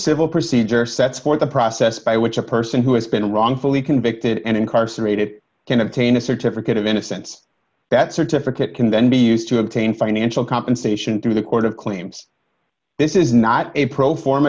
civil procedure sets forth the process by which a person who has been wrongfully convicted and incarcerated can obtain a certificate of innocence that certificate can then be used to obtain financial compensation through the court of claims this is not a pro forma